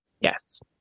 yes